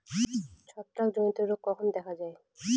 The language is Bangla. ছত্রাক জনিত রোগ কখন দেখা য়ায়?